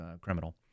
criminal